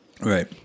Right